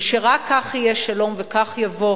ושרק כך יהיה שלום וכך יבוא